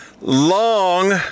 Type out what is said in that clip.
Long